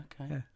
okay